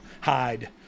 hide